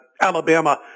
Alabama